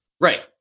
right